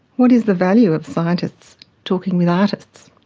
what is the value of scientists talking with artists.